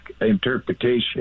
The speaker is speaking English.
interpretation